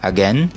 Again